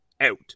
out